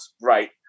right